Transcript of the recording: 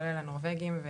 כולל הנורבגיים,